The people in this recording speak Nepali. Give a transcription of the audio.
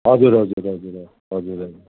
हजुर हजुर हजुर ह हजुर हजुर